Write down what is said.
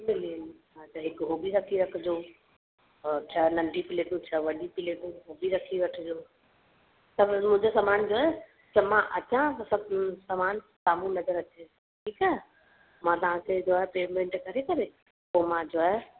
मिली वेंदी हा त हिकु उहो बि रखी रखिजो औरि छह नंढी प्लेटूं छह वॾी प्लेटूं उहे बि रखी वठिजो त मुंहिंजो समान जो आहे त मां अचां त सभु समान साम्हूं नज़र अचे ठीकु आहे मां तव्हांखे जो आहे पेमेंट करे करे पोइ मां जो आहे